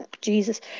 Jesus